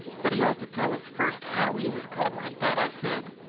but he ought to tell us first how he was caught like that, i said.